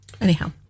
Anyhow